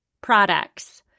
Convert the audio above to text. products